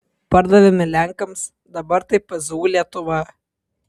pardavėme lenkams dabar tai pzu lietuva